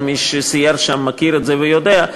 כל מי שסייר שם מכיר את זה ויודע,